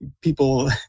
people